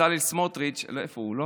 בצלאל סמוטריץ' איפה הוא?